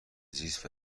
زیست